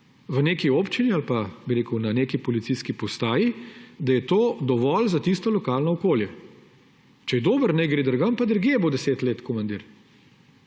v neki občini ali na neki policijski postaji, da je to dovolj za tisto lokalno okolje. Če je dober, naj gre drugam in naj bo drugje 10 let komandir.